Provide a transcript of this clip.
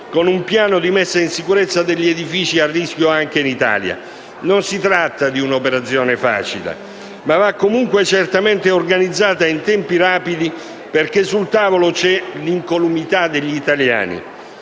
con un piano di messa in sicurezza degli edifici a rischio anche in Italia. Non si tratta di un'operazione facile, ma va comunque certamente organizzata in tempi rapidi, perché sul tavolo c'è l'incolumità degli italiani.